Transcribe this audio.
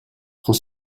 con